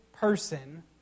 person